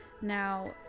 Now